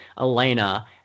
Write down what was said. Elena